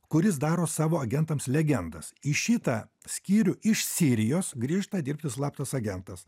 kuris daro savo agentams legendas į šitą skyrių iš sirijos grįžta dirbti slaptas agentas